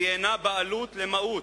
והיא אינה בעלות למהות.